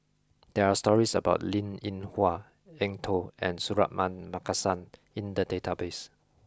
there are stories about Linn In Hua Eng Tow and Suratman Markasan in the database